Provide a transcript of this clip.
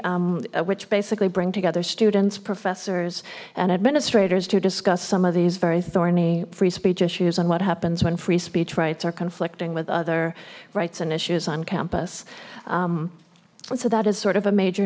country which basically bring together students professors and administrators to discuss some of these very thorny free speech issues and what happens when free speech rights are conflicting with other rights and issues on campus so that is sort of a major